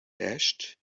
dashed